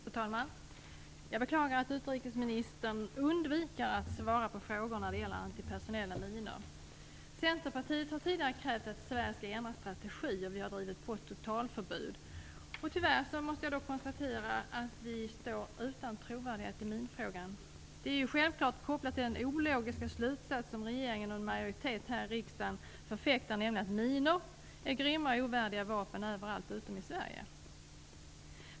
Fru talman! Jag beklagar att utrikesministern undviker att svara på frågor om antipersonella minor. Centerpartiet har tidigare krävt att Sverige skall ändra strategi. Vi har drivit på ett totalförbud. Tyvärr måste jag konstatera att vi inte har någon trovärdighet i minfrågan. Det är självklart kopplat till den ologiska slutsats som regeringen och en majoritet i riksdagen förfäktar, nämligen att minor är grymma och ovärdiga vapen överallt utom i Sverige.